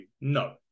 No